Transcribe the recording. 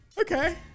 okay